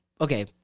okay